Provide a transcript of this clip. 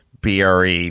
BRE